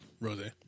Rose